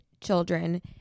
children